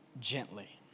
gently